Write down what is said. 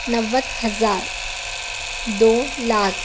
نوے ہزار دو لاکھ